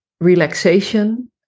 relaxation